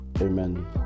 amen